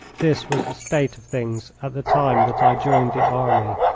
this was the state of things at the time that i joined the army.